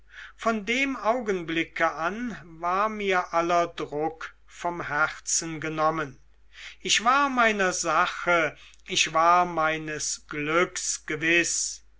von dem augenblicke an war mir aller druck vom herzen genommen ich war meiner sache ich war meines glücks gewiß